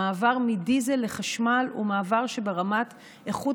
המעבר מדיזל לחשמל הוא מעבר שברמת איכות